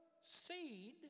seed